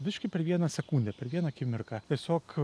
biškį per vieną sekundę per vieną akimirką tiesiog